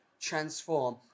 transform